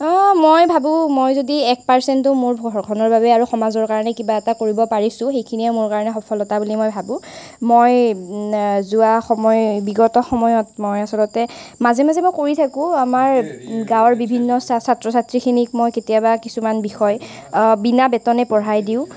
মই ভাবোঁ মই যদি এক পাৰ্চেণ্টো মোৰ ঘৰখনৰ বাবে আৰু সমাজৰ বাবে কিবা এটা কৰিব পাৰিছোঁ সেইখিনিয়ে মোৰ কাৰণে সফলতা বুলি মই ভাবোঁ মই যোৱা সময়ত বিগত সময়ত মই আচলতে মাজে মাজে মই কৰি থাকোঁ আমাৰ গাঁৱৰ বিভিন্ন ছা ছাত্ৰ ছাত্ৰীখিনিক মই কেতিয়াবা কিছুমান বিষয় বিনা বেতনে পঢ়াই দিওঁ